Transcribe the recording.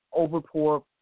overpour